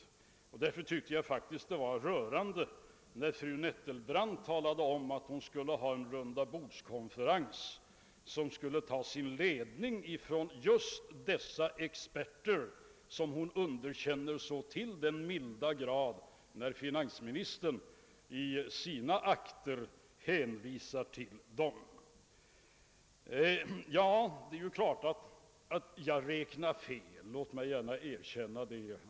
Därför fann jag det faktiskt rörande när fru Nettelbrandt talade om att hon ville ha en rundabordskonferens som skulle ta sin ledning från just dessa experter, som hon underkänner så till den milda grad när finansministern i sina akter hänvisar till dem. Det är klart att jag räknar fel, låt mig gärna erkänna det.